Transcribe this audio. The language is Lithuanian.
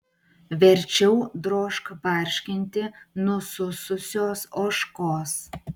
verčiau drožk barškinti nusususios ožkos